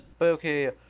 okay